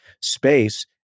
space